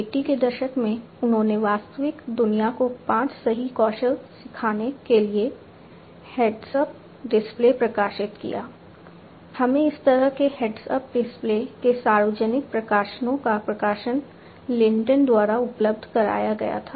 1980 के दशक में उन्होंने वास्तविक दुनिया को पांच सही कौशल सिखाने के लिए हेड्स अप डिस्प्ले प्रकाशित किया हमें इस तरह के हेड्स अप डिस्प्ले के सार्वजनिक प्रकाशनों का प्रकाशन लिनटेन द्वारा उपलब्ध कराया गया था